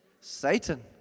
Satan